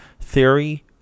theory